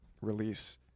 release